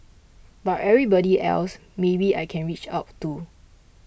but everybody else maybe I can reach out to